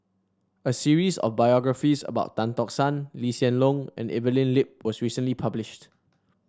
a series of biographies about Tan Tock San Lee Hsien Loong and Evelyn Lip was recently published